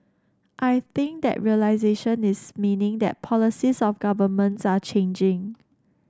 I think that realisation is meaning that policies of governments are changing